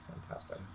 fantastic